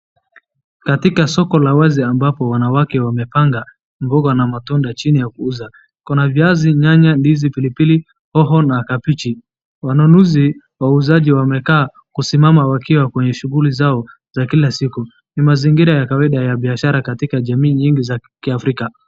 Katika soko la wazi ambapo wanawake wamepanga mboga na matunda chini ya kuuza, kuna viazi, nyanya, ndizi, pilipili, hoho na kabichi. Wanunuzi wauzaji wamekaa kusimama wakiwa kwenye shughuli zao za kila siku. Ni mazingira ya kawaida ya biashara katika jamii nyingi za Kiafrika.